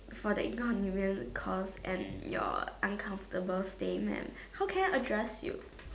for the inconvenient caused and your uncomfortable stain mam how can I address you